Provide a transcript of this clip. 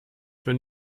für